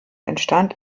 entstand